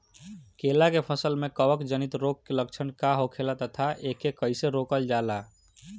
केला के फसल में कवक जनित रोग के लक्षण का होखेला तथा एके कइसे रोकल जाला?